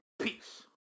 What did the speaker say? Peace